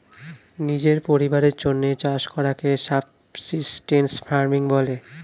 নিজের পরিবারের জন্যে চাষ করাকে সাবসিস্টেন্স ফার্মিং বলে